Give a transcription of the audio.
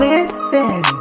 Listen